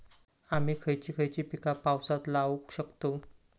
आम्ही खयची खयची पीका पावसात लावक शकतु?